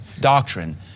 doctrine